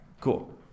Cool